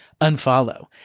unfollow